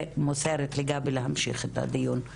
אני מוסרת לגבי את ניהול המשך הדיון.